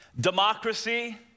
democracy